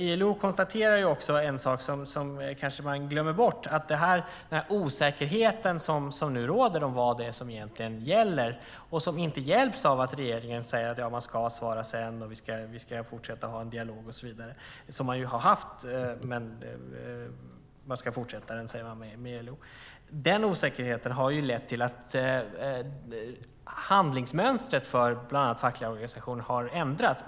ILO konstaterar ju också en sak som man kanske glömmer bort, att den osäkerhet som nu råder om vad det är som egentligen gäller - som inte hjälps av att regeringen säger att man ska svara sedan, att man ska fortsätta att ha en dialog, som man ju har haft, men att man ska fortsätta den med ILO - har lett till att handlingsmönstret för bland annat fackliga organisationer har ändrats.